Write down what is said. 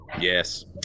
Yes